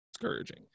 discouraging